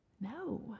no